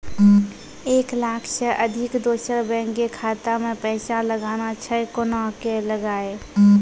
एक लाख से अधिक दोसर बैंक के खाता मे पैसा लगाना छै कोना के लगाए?